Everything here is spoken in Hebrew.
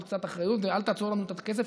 גם קצת אחריות ואל תעצור לנו את הכסף,